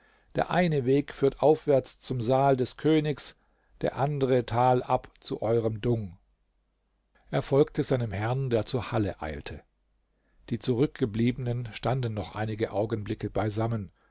der eine weg führt aufwärts zum saal des königs der andere talab zu eurem dung er folgte seinem herrn der zur halle eilte die zurückgebliebenen standen noch einige augenblicke beisammen